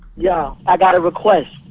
yeah i got a request.